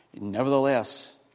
Nevertheless